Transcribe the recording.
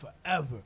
forever